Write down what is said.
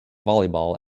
volleyball